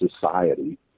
society